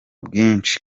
bwinshi